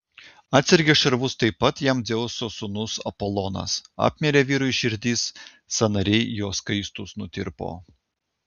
atsegė šarvus taip pat jam dzeuso sūnus apolonas apmirė vyrui širdis sąnariai jo skaistūs nutirpo